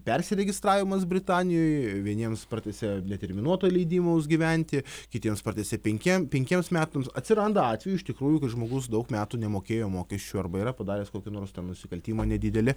persiregistravimas britanijoj vieniems pratęsė neterminuotą leidimus gyventi kitiems pratęsė penkiem penkiems metams atsiranda atvejų iš tikrųjų kad žmogus daug metų nemokėjo mokesčių arba yra padaręs kokį nors ten nusikaltimą nedidelį